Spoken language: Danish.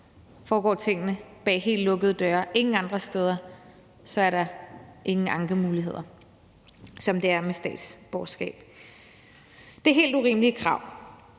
foregår tingene bag helt lukkede døre; ingen andre steder er der ingen ankemuligheder, sådan som det gælder i forhold til statsborgerskab. Det er helt urimelige krav.